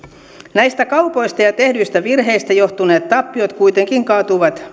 näistä kaupoista ja tehdyistä virheistä johtuneet tappiot kuitenkin kaatuivat